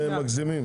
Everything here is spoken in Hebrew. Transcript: אתם מגזימים.